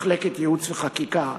מחלקת ייעוץ וחקיקה,